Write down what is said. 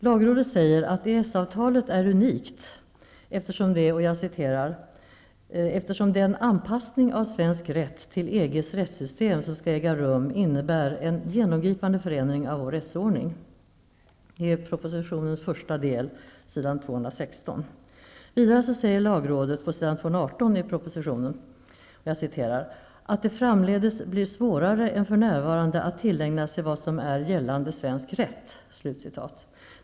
Lagrådet säger att EES-avtalet är unikt, eftersom den ''anpassning av svensk rätt till EG:s rättssystem som skall äga rum innebär --- en genomgripande förändring av vår rättsordning''. Detta anförs i att det framdeles blir svårare än för närvarande att tillägna sig vad som är gällande svensk rätt''.